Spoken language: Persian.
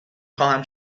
خواهم